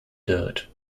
dirt